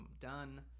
done